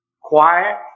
quiet